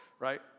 right